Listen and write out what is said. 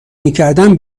میکردم